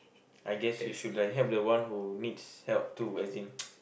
I guess you should like help the one who needs help too as in